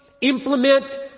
implement